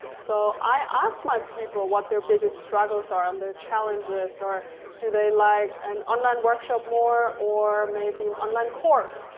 so i ask my people what their biggest struggles are and um their challenges. or do they like an online workshop more or maybe an online course?